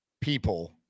people